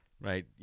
right